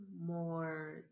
more